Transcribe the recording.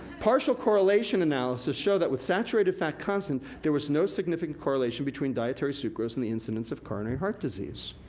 partial correlation analysis show that with saturated fat constant, there was no significant correlation between dietary sucrose and the incidence of coronary heart disease.